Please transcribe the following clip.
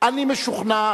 אני משוכנע,